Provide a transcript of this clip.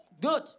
Good